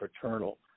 paternal